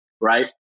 right